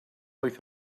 wyth